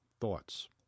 thoughts